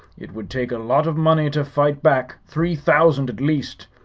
it would take a lot of money to fight back three thousand, at least.